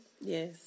Yes